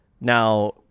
now